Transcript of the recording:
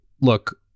look